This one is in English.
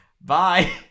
Bye